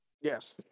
Yes